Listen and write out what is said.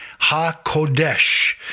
HaKodesh